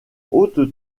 haute